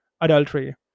adultery